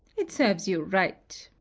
it serves you right.